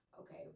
Okay